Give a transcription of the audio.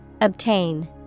Obtain